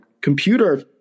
computer